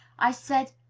i said,